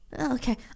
Okay